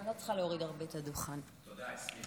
חברת הכנסת מרב מיכאלי, אינה נוכחת.